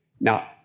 Now